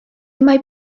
mae